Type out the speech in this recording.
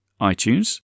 iTunes